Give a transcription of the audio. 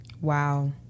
Wow